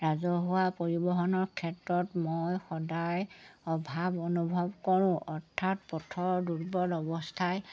ৰাজহুৱা পৰিবহণৰ ক্ষেত্ৰত মই সদায় অভাৱ অনুভৱ কৰোঁ অৰ্থাৎ পথৰ দুৰ্বল অৱস্থাই